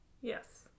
Yes